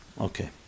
Okay